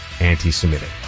anti-Semitic